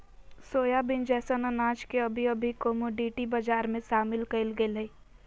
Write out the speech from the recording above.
soybean जैसन अनाज के अभी अभी कमोडिटी बजार में शामिल कइल गेल हइ